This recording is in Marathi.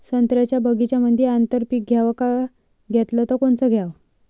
संत्र्याच्या बगीच्यामंदी आंतर पीक घ्याव का घेतलं च कोनचं घ्याव?